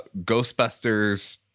Ghostbusters